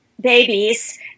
babies